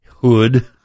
hood